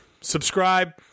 subscribe